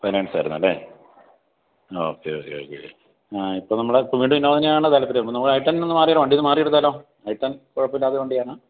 finance ആയിരുന്നു അല്ലേ ആ ഓക്കെ ഓക്കെ ഓക്കെ ഇപ്പോൾ നമ്മുടെ ഇപ്പോൾ വീണ്ടും ഇന്നോവ തന്നെയാണോ താല്പര്യം ഐ ടെൻ ഒന്നു മാറിയാലോ വണ്ടിയൊന്നു മാറി എടുത്താലോ ഐ ടെൻ കുഴപ്പമില്ലാതെ ഒരു വണ്ടിയാണ്